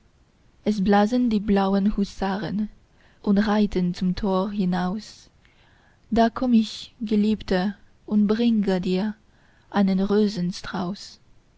es blasen die blauen husaren und reiten zum tor hinaus da komm ich geliebte und bringe dir einen